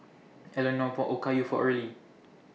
Elenore bought Okayu For Earley